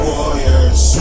Warriors